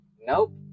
Nope